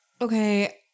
Okay